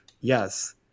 Yes